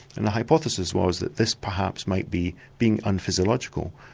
and the hypothesis was that this perhaps might be being unphysiological,